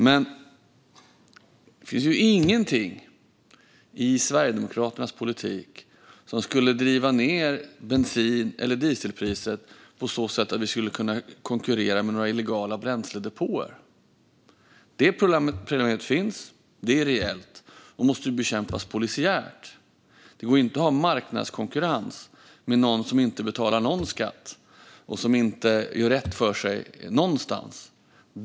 Men det finns ingenting i Sverigedemokraternas politik som skulle driva ned bensin eller dieselpriset så att vi skulle kunna konkurrera med några illegala bränsledepåer. Detta problem finns och är reellt och måste bekämpas polisiärt. Det går inte att ha marknadskonkurrens med någon som inte betalar någon skatt och som inte gör rätt för sig någonstans.